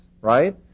right